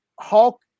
Hulk